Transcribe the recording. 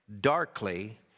darkly